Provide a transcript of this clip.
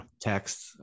text